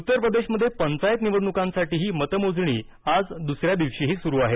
उत्तर प्रदेशमध्ये पंचायत निवडणुकांसाठीही मतमोजणी आज दुसऱ्या दिवशीही सुरू आहे